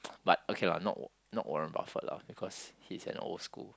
but okay lah not not Warren-Buffett lah because he is an old school